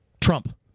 Trump